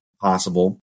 possible